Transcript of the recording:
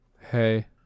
hey